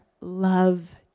love